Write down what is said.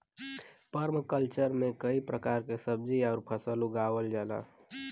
permaculture में कई प्रकार के सब्जी आउर फसल उगावल जाला